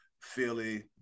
Philly